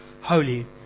holy